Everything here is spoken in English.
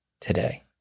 today